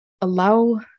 Allow